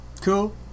Cool